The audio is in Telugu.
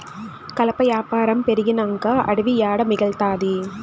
కలప యాపారం పెరిగినంక అడివి ఏడ మిగల్తాది